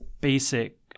basic